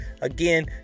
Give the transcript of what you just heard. Again